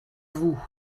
vous